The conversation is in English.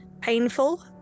painful